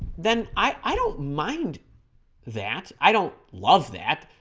then i i don't mind that i don't love that